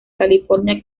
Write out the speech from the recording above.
california